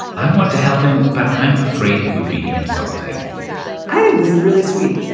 i want to help him, but i'm afraid it would be insulting i think this is really sweet.